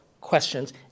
questions